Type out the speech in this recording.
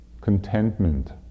Contentment